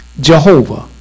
Jehovah